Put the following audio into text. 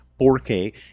4K